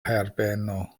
herbeno